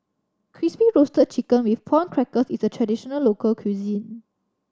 Crispy Roasted Chicken with Prawn Crackers is a traditional local cuisine